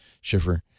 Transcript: Schiffer